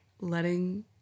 letting